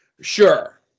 Sure